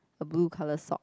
a blue color sock